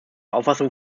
auffassung